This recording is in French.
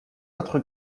autre